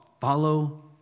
Follow